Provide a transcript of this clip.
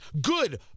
good